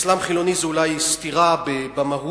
אסלאם חילוני זה אולי סתירה במהות,